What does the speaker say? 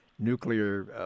Nuclear